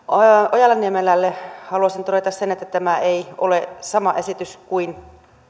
ojala niemelälle haluaisin todeta sen että tämä ei ole sama esitys kuin